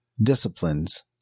disciplines